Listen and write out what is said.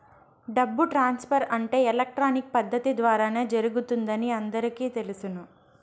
డబ్బు ట్రాన్స్ఫర్ అంటే ఎలక్ట్రానిక్ పద్దతి ద్వారానే జరుగుతుందని అందరికీ తెలుసును